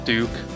Duke